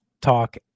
talk